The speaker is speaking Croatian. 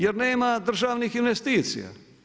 Jer nema državnih investicija.